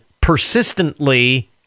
persistently